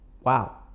Wow